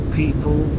people